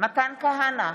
מתן כהנא,